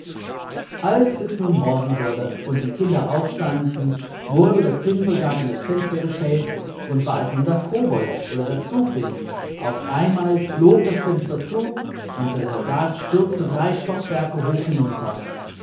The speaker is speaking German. als es nun morgen wurde und die kinder aufstanden wurde der zinnsoldat in das fenster gestellt und war es nun der kobold oder der zugwind auf einmal flog das fenster zu und der soldat stürzte drei stockwerke hoch hinunter